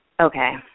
Okay